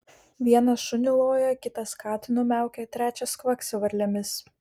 vienas šuniu loja kitas katinu miaukia trečias kvaksi varlėmis